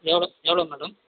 எவ்வளோ எவ்வளோ மேடம்